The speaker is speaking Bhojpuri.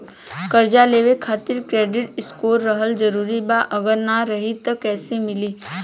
कर्जा लेवे खातिर क्रेडिट स्कोर रहल जरूरी बा अगर ना रही त कैसे मिली?